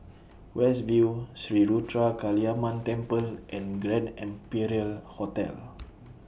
West View Sri Ruthra Kaliamman Temple and Grand Imperial Hotel